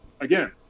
again